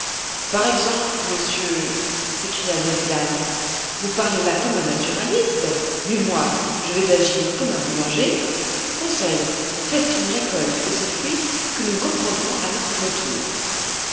par exemple monsieur s'écria ned land vous parlez là comme un naturaliste mais moi je vais agir comme un boulanger conseil faites une récolte de ces fruits que nous reprendrons à notre retour